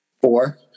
Four